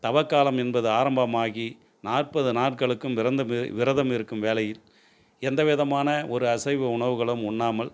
தவக்காலம் என்பது ஆரம்பமாகி நாற்பது நாட்களுக்கும் விரதம் வே விரதம் இருக்கும் வேளையில் எந்த விதமான ஒரு அசைவ உணவுகளும் உண்ணாமல்